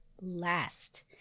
last